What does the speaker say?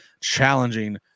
challenging